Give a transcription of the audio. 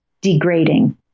degrading